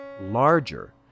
larger